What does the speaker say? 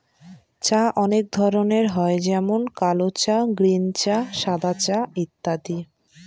চা অনেক ধরনের হয় যেমন কাল চা, গ্রীন চা, সাদা চা ইত্যাদি